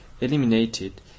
eliminated